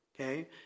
Okay